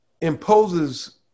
imposes –